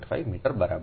5 metre બરાબર છે